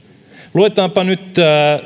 luetaanpa nyt